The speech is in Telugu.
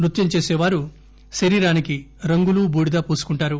నృత్యం చేసే వారు శరీరానికి రంగులు బూడిద పూసుకుంటారు